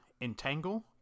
Entangle